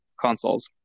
consoles